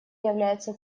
является